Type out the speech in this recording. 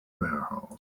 warehouse